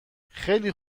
خیلی